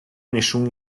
nessun